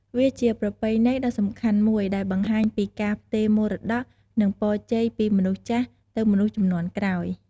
វាជាប្រពៃណីដ៏សំខាន់មួយដែលបង្ហាញពីការផ្ទេរមរតក និងពរជ័យពីមនុស្សចាស់ទៅមនុស្សជំនាន់ក្រោយ។